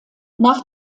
nach